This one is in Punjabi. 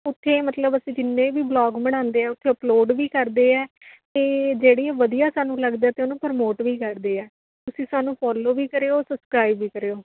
ਉੱਥੇ ਮਤਲਬ ਅਸੀਂ ਜਿੰਨੇ ਵੀ ਵਲੌਗ ਬਣਾਉਂਦੇ ਹਾਂ ਉੱਥੇ ਅੱਪਲੋਡ ਵੀ ਕਰਦੇ ਹੈ ਅਤੇ ਜਿਹੜੀ ਵਧੀਆ ਸਾਨੂੰ ਲੱਗਦਾ ਅਤੇ ਉਹਨੂੰ ਪ੍ਰਮੋਟ ਵੀ ਕਰਦੇ ਹੈ ਤੁਸੀਂ ਸਾਨੂੰ ਫੋਲੋ ਵੀ ਕਰਿਓ ਸਸਕ੍ਰਾਇਬ ਵੀ ਕਰਿਓ